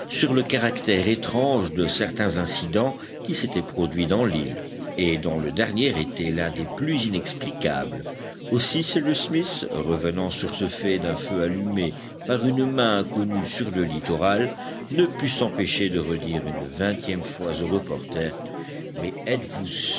sur le caractère étrange de certains incidents qui s'étaient produits dans l'île et dont le dernier était l'un des plus inexplicables aussi cyrus smith revenant sur ce fait d'un feu allumé par une main inconnue sur le littoral ne put s'empêcher de redire une vingtième fois au reporter mais êtes-vous